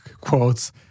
quotes